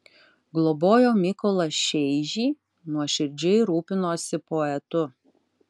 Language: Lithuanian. globojo mykolą šeižį nuoširdžiai rūpinosi poetu